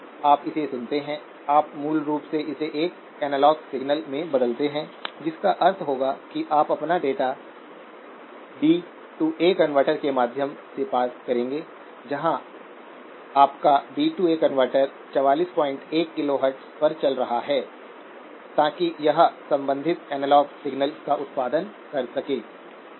आप इसे सुनते हैं आप मूल रूप से इसे एक एनालॉग सिग्नल में बदलते हैं जिसका अर्थ होगा कि आप अपना data D A DA converter के माध्यम से पास करेंगे जहां आपका D A DA converter 441 kilohertz पर चल रहा है ताकि यह संबंधित एनालॉग सिग्नल का उत्पादन कर सके ठीक है